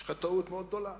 יש לך טעות מאוד גדולה.